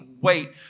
wait